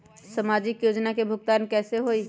समाजिक योजना के भुगतान कैसे होई?